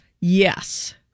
Yes